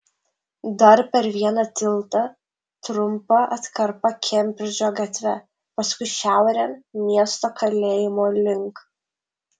dar per vieną tiltą trumpa atkarpa kembridžo gatve paskui šiaurėn miesto kalėjimo link